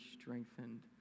strengthened